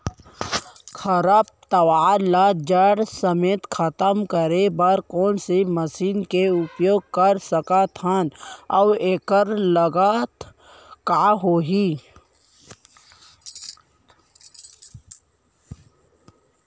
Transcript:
खरपतवार ला जड़ समेत खतम करे बर कोन से मशीन के उपयोग कर सकत हन अऊ एखर लागत का होही?